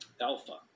Alpha